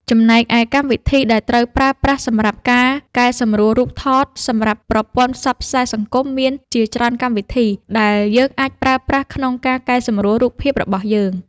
ចំណែកឯ កម្មវិធីដែលត្រូវប្រើប្រាស់សម្រាប់ការកែសម្រួលរូបថតសម្រាប់ប្រព័ន្ធផ្សព្វផ្សាយសង្គមមានជាច្រើនកម្មវិធី ដែលយើងអាចប្រើប្រាស់ក្នុងការកែសម្រួលរូបភាពរបស់យើង។